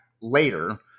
later